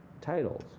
titles